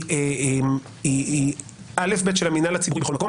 היא א'-ב' של המינהל הציבורי בכל מקום.